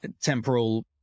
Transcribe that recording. temporal